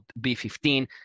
B15